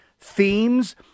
themes